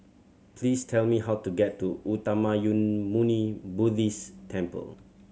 please tell me how to get to Uttamayanmuni Buddhist Temple